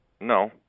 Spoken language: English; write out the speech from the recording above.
No